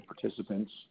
participants